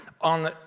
on